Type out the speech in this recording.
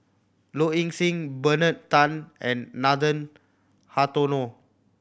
Low Ing Sing Bernard Tan and Nathan Hartono